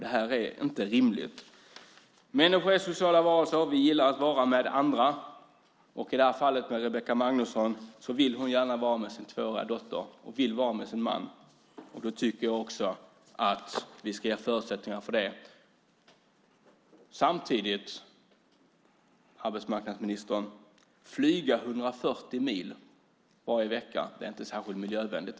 Detta är inte rimligt. Människor är sociala varelser. Vi gillar att vara med andra. Rebecka Magnusson vill vara med sin dotter och sin man. Då tycker jag också att vi ska ge förutsättningar för det. Att flyga 140 mil varje vecka, arbetsmarknadsministern, är inte heller särskilt miljövänligt.